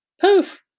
Poof